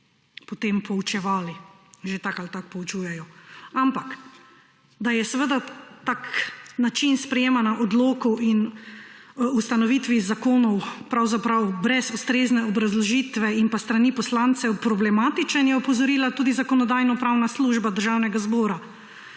potem poučevali. Že tako ali tako poučujejo. Da je tak način sprejemanja odlokov, ustanovitvi zakonov brez ustrezne obrazložitve in s strani poslancev problematičen, je opozorila tudi Zakonodajno-pravna služba Državnega zbora,